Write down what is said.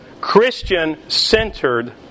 Christian-centered